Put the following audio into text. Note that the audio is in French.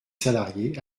salariés